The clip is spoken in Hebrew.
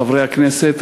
חברי הכנסת,